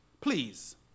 Please